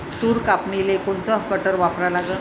तूर कापनीले कोनचं कटर वापरा लागन?